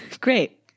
great